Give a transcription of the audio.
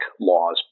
laws